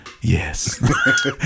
Yes